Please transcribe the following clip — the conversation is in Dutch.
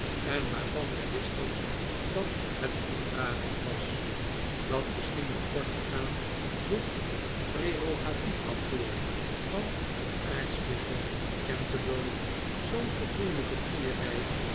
en waarvan wij wisten dat het ondraaglijk was dat misschien om kort te gaan dit prerogatiefkantoor van het aartsbisdom canterbury zoo'n verfoeilijke knoeierij